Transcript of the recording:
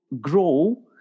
grow